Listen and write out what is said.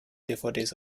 dvds